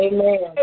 Amen